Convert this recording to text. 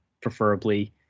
preferably